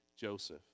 Joseph